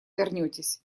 вернетесь